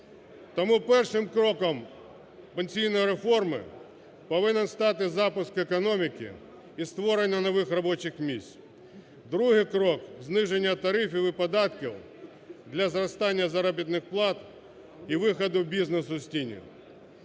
Тому першим кроком пенсійної реформи повинен стати запуск економіки і створення нових робочих місць. Другий крок – зниження тарифів і податків для зростання заробітних плат і виходу бізнесу з тіні.